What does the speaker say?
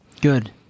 Good